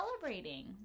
celebrating